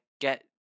get